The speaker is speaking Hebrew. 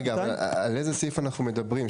על איזה סעיף אנחנו מדברים?